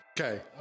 Okay